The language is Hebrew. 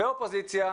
ואופוזיציה,